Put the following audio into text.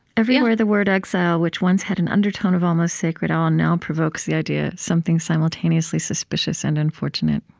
everywhere the word exile which once had an undertone of almost sacred awe, now provokes the idea something simultaneously suspicious and unfortunate.